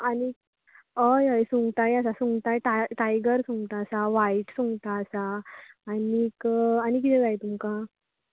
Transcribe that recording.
आनीक हय हय सुंगटांय आसा सुंगटांय टा टायगर सुंगटां आसा वाय्ट सुंगटां आसा आनीक आनी कितें जाय तुमका